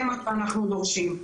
זה מה שאנחנו דורשים,